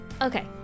Okay